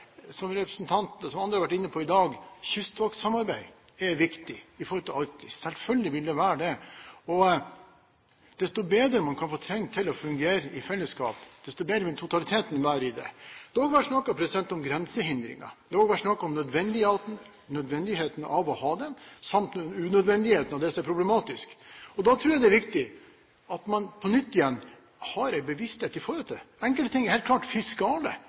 vil det være det. Og desto bedre man kan få ting til å fungere i fellesskap, desto bedre vil totaliteten i det være. Det har også vært snakket om grensehindringer. Det har vært snakket om nødvendigheten av å ha dem samt om unødvendigheten av det som er problematisk. Da tror jeg det er viktig at man på nytt igjen har en bevissthet i forhold til det. Enkelte ting er helt klart fiskale.